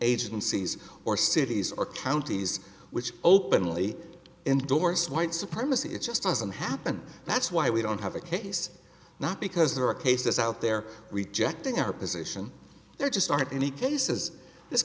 agencies or cities or counties which openly endorse white supremacy it just doesn't happen that's why we don't have a case not because there are cases out there rejecting our position there just aren't any cases this